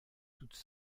toutes